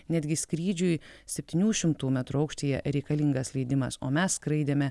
netgi skrydžiui septynių šimtų metrų aukštyje reikalingas leidimas o mes skraidėme